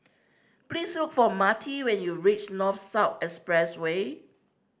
please look for Marty when you reach North South Expressway